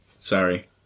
Sorry